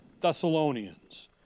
Thessalonians